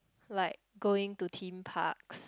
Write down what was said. like going to theme parks